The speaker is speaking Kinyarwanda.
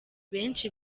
benshi